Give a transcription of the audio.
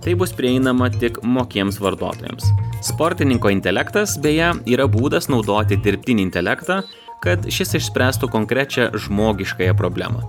tai bus prieinama tik mokiems vartotojams sportininko intelektas beje yra būdas naudoti dirbtinį intelektą kad šis išspręstų konkrečią žmogiškąją problemą